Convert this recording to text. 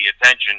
attention